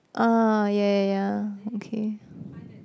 uh ya ya ya okay